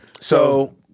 So-